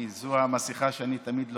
זו המסכה שאני תמיד לובש,